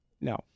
No